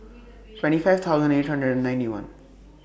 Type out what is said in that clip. twenty five thousand eight hundred and ninety one